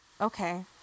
okay